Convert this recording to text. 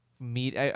Meet